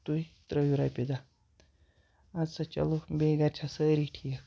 تُہۍ ترٲوِو رۄپیہِ دہ اَدٕ سا چلو بیٚیہِ گرِ چھا سٲری ٹھیٖک